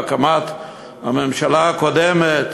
בהקמת הממשלה הקודמת,